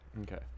Okay